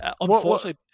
unfortunately